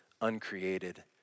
uncreated